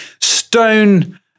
Stone